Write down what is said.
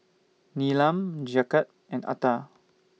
Neelam Jagat and Atal